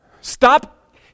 Stop